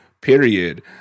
Period